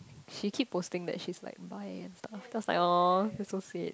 she keep posting that she's like bi and stuff then I was like !aww! that's so sweet